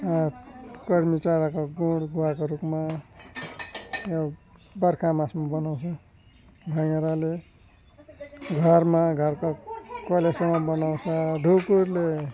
कर्मी चराको गुँड गुवाको रुखमा ब बर्खा मासमा बनाउँछ भँगेराले घरमा घरको करेसोमा बनाउँछ ढुकुरले